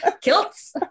kilts